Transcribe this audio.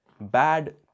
bad